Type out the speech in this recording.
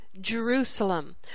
Jerusalem